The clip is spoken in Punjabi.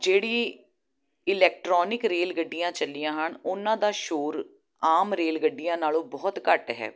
ਜਿਹੜੀ ਇਲੈਕਟਰੋਨਿਕ ਰੇਲ ਗੱਡੀਆਂ ਚੱਲੀਆਂ ਹਨ ਉਹਨਾਂ ਦਾ ਸ਼ੋਰ ਆਮ ਰੇਲ ਗੱਡੀਆਂ ਨਾਲੋਂ ਬਹੁਤ ਘੱਟ ਹੈ